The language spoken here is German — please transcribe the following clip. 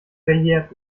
verjährt